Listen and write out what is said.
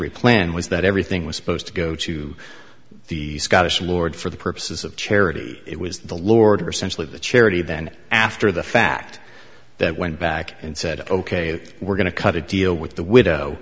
plan was that everything was supposed to go to the scottish lord for the purposes of charity it was the lord or simply the charity then after the fact that went back and said ok we're going to cut a deal with the widow